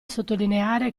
sottolineare